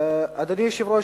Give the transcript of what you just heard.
אדוני היושב-ראש,